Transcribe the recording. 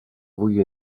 avui